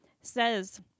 says